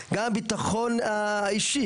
גם הביטחון האישי